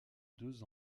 deux